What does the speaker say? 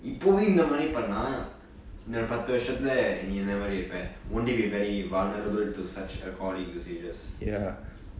இப்போவே இந்த மாதிரி பன்னா இன்னொ பத்து வர்ஷத்துல நீ எந்த மாதிரி இருப்ப:ippove intha maathiri pannaa inno pathu varshathula nee entha maathiri irupe wouldn't it be very vulnerable to such a alcoholic usages